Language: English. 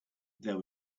there